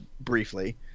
briefly